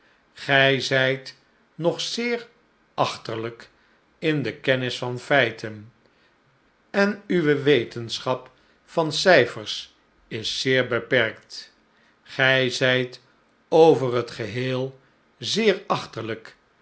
gij zijt nog zeer achterlijk in de kennis van feiten en uwe wetenschap van cijfers is zeer beperkt gij zijt over het geheel zeer achterlijk